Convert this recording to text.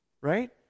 Right